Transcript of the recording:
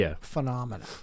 phenomena